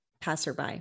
Passerby